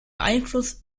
beeinflusst